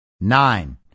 Nine